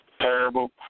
terrible